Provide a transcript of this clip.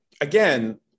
again